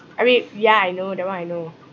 I mean ya I know that one I know